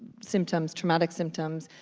symptoms, traumatic symptoms,